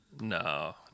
No